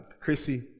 Chrissy